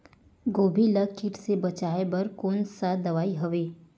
गोभी ल कीट ले बचाय बर कोन सा दवाई हवे?